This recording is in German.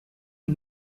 die